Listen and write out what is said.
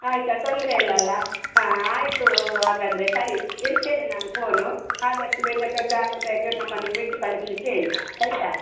ಆಯ್ತಾ ತೊಂದರೆ ಇಲ್ಲಲ್ಲ ಹಾಂ ಆಯಿತು ಹಾಗಾದ್ರೆ ಸರಿ ಇಡ್ತೇನೆ ನಾನು ಫೋನು ಆದಷ್ಟು ಬೇಗ ಜಾಗ್ರತೆಯಾಗಿ ನಮ್ಮನ್ನು ಬಿಟ್ಟು ಕಳಿಸಲಿಕ್ಕೆ ಹೇಳಿ ಆಯ್ತಾ